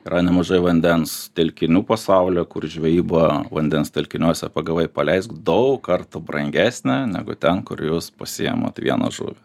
yra nemažai vandens telkinių pasaulyj kur žvejyba vandens telkiniuose pagavai paleisk daug kartų brangesnė negu ten kur jūs pasiimat vieną žuvį